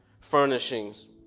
furnishings